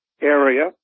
area